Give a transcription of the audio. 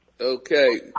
Okay